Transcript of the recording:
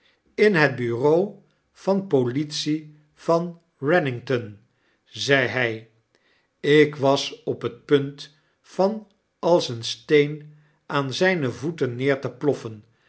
b inhet bureau van politie van bennington zei hy ik was op het punt van als een steen aan zyne voeten neer te ploffen